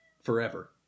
Forever